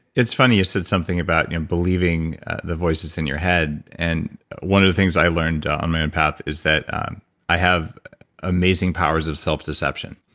it's funny, you said something about believing the voice is in your head. and one of the things i learned on my own path is that i have amazing powers of self deception.